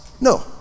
No